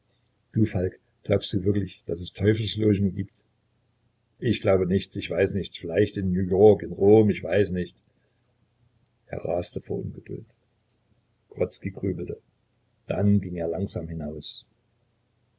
du falk glaubst du wirklich daß es teufelslogen gibt ich glaube nichts ich weiß nichts vielleicht in new-york in rom ich weiß nicht er raste vor ungeduld grodzki grübelte dann ging er langsam hinaus